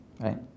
right